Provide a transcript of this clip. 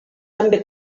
també